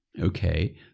Okay